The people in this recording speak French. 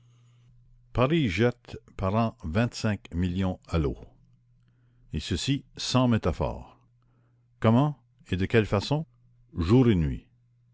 paris jette par an vingt-cinq millions à l'eau et ceci sans métaphore comment et de quelle façon jour et nuit